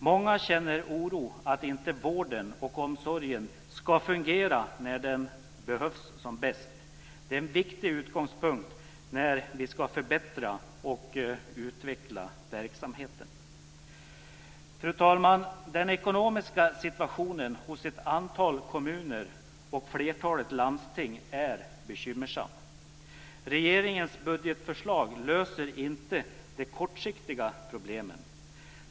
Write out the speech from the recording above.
Många känner oro för att vården och omsorgen inte ska fungera när den behövs som bäst. Det är en viktig utgångspunkt när vi ska förbättra och utveckla verksamheten. Fru talman! Den ekonomiska situationen i ett antal kommuner och flertalet landsting är bekymmersam. Regeringens budgetförslag löser inte de kortsiktiga problemen.